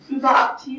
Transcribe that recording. überaktiv